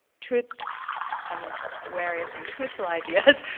truth i'm wary of saying truthful ideas.